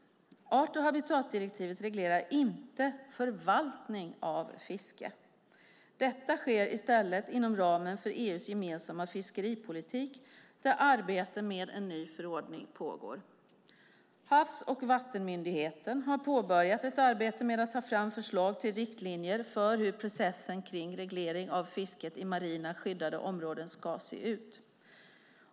Art och habitatdirektivet reglerar inte förvaltning av fiske. Detta sker i stället inom ramen för EU:s gemensamma fiskeripolitik, där arbete med en ny förordning pågår. Havs och vattenmyndigheten har påbörjat ett arbete med att ta fram förslag till riktlinjer för hur processen kring reglering av fisket i marina skyddade områden ska se ut.